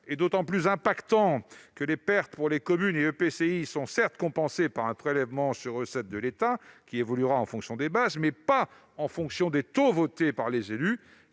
est tout à fait dommageable. Les pertes pour les communes et les EPCI sont certes compensées par un prélèvement sur recettes de l'État, qui évoluera en fonction des bases, mais non en fonction des taux votés par les élus,